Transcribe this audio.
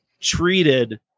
Treated